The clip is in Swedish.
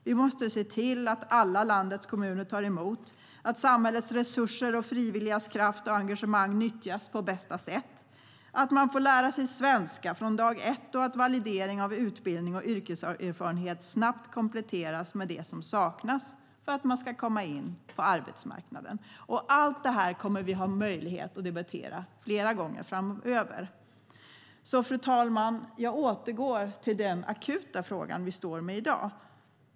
Vi måste se till att alla landets kommuner tar emot, att samhällets resurser och frivilligas kraft och engagemang nyttjas på bästa sätt, att man får lära sig svenska från dag ett och att validering av utbildning och yrkeserfarenhet snabbt kompletteras med det som saknas för att man ska komma in på arbetsmarknaden. Allt det här kommer vi att ha möjlighet att debattera flera gånger framöver, fru talman, så jag återgår till den akuta frågan vi står med i dag.